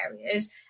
areas